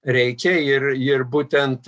reikia ir ir būtent